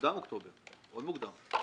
אוקטובר עוד מוקדם.